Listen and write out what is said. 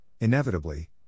inevitably